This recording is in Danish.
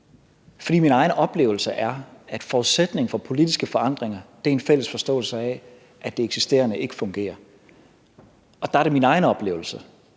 min egen oplevelse er, at forudsætningen for politiske forandringer er en fælles forståelse af, at det eksisterende ikke fungerer. Og der er det min egen oplevelse